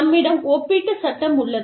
நம்மிடம் ஒப்பீட்டுச் சட்டம் உள்ளது